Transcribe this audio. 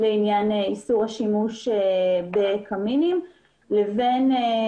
לעניין איסור השימוש בקמינים ושהכלים